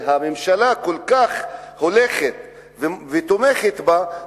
שהממשלה כל כך הולכת ותומכת בה,